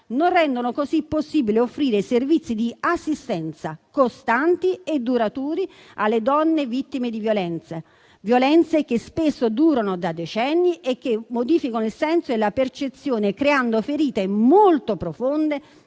non rendendo così possibile offrire servizi di assistenza costanti e duraturi alle donne vittime di violenza; violenze che spesso durano da decenni e modificano il senso e la percezione, creando ferite molto profonde